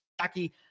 Jackie